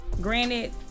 granted